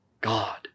God